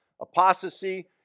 apostasy